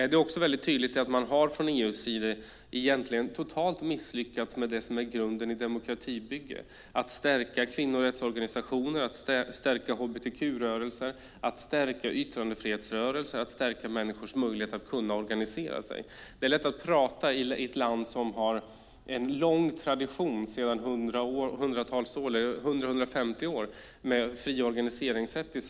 Det är också tydligt att man från EU:s sida egentligen totalt har misslyckats med det som är grunden i ett demokratibygge: att stärka kvinnorättsorganisationer, hbtq-rörelser och yttrandefrihetsrörelser och att stärka människors möjlighet att organisera sig. Det är lätt att prata om detta i ett land som Sverige, som har en lång tradition - 100-150 år - av fri organiseringsrätt.